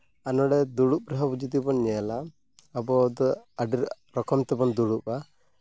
ᱟᱨ ᱱᱚᱰᱮ ᱫᱩᱲᱩᱵ ᱨᱮᱦᱚᱸ ᱡᱩᱫᱤ ᱵᱚᱱ ᱧᱮᱞᱟ ᱟᱵᱚ ᱫᱚ ᱟᱹᱰᱤ ᱨᱚᱠᱚᱢ ᱛᱮᱵᱚᱱ ᱫᱩᱲᱩᱵᱼᱟ